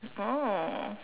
oh